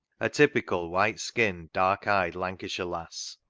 a typical white-skinned, dark eyed lancashire lass,